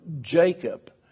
Jacob